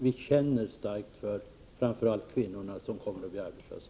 Vi känner så starkt för framför allt kvinnorna, som kommer att bli arbetslösa.